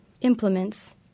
Implements